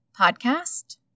podcast